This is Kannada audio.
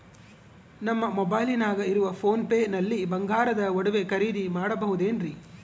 ನಮ್ಮ ಮೊಬೈಲಿನಾಗ ಇರುವ ಪೋನ್ ಪೇ ನಲ್ಲಿ ಬಂಗಾರದ ಒಡವೆ ಖರೇದಿ ಮಾಡಬಹುದೇನ್ರಿ?